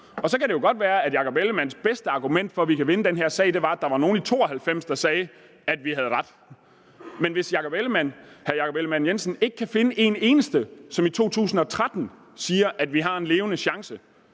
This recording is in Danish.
Så kan det jo godt være, at hr. Jakob Ellemann-Jensens bedste argument for, at vi kan vinde den her sag, er, at der var nogle i 1992, der sagde, at vi havde ret, men hvis hr. Jakob Ellemann-Jensen ikke kan finde en eneste, som i 2013 siger, at vi har en levende chance